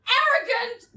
arrogant